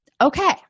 Okay